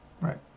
Right